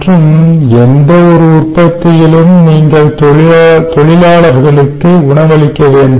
மற்றும் எந்தவொரு உற்பத்தியிலும் நீங்கள் தொழிலாளர்களுக்கு உணவளிக்க வேண்டும்